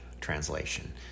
translation